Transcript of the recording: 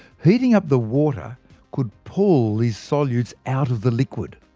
heating up the water could pull these solutes out of the liquid,